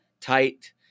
Tight